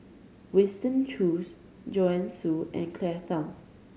Winston Choos Joanne Soo and Claire Tham